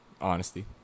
Honesty